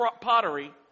pottery